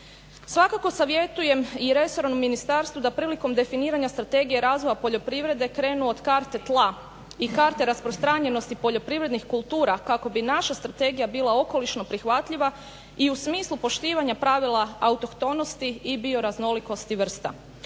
Svakako savjetujem i resornom ministarstvu da prilikom definiranja strategije razvoja poljoprivrede krenu od karte tla i karte rasprostranjenosti poljoprivrednih kultura kako bi naša strategija bila okolišno prihvatljiva i u smislu poštivanja pravila autohtonosti i bioraznolikosti vrsta.